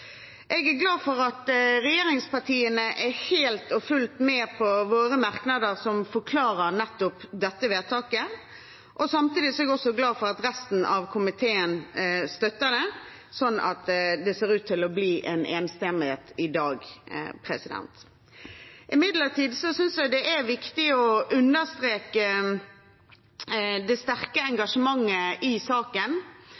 Jeg er glad for at regjeringspartiene er helt og fullt med på våre merknader som forklarer nettopp dette vedtaket. Samtidig er jeg også glad for at resten av komiteen støtter det, slik at det ser ut til å bli enstemmighet i dag. Imidlertid synes jeg det er viktig å understreke det sterke